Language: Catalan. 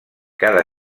cada